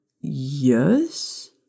Yes